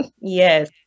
Yes